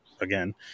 again